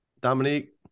Dominique